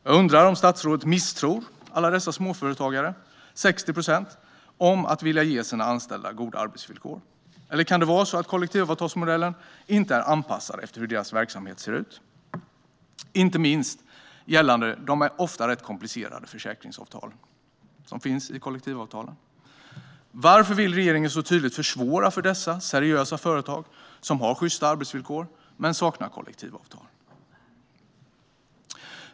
Jag undrar om statsrådet misstror att alla dessa småföretagare, 60 procent, vill ge sina anställda goda arbetsvillkor. Eller kan det vara så att kollektivavtalsmodellen inte är anpassad efter hur deras verksamhet ser ut? Detta gäller inte minst de ofta rätt komplicerade försäkringsavtal som finns i kollektivavtalen. Varför vill regeringen så tydligt försvåra för de seriösa företag som har sjysta arbetsvillkor men saknar kollektivavtal?